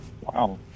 Wow